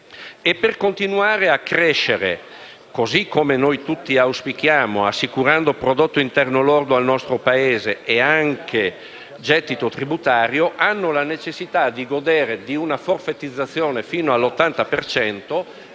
per continuare a crescere, così come noi tutti auspichiamo, assicurando prodotto interno lordo al nostro Paese e anche gettito tributario, hanno la necessità di godere di una forfetizzazione fino all'80